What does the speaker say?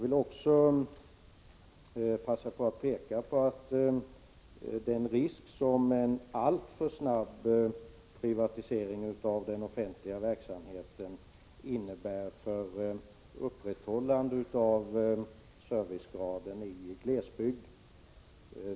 Jag vill passa på att fästa uppmärksamheten på den risk som en alltför snabb privatisering av den offentliga verksamheten innebär när det gäller servicegraden i glesbygd.